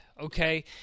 okay